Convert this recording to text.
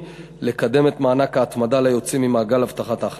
לקדם את מענק ההתמדה ליוצאים ממעגל הבטחת ההכנסה.